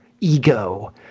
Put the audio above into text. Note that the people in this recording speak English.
ego